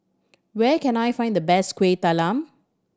where can I find the best Kueh Talam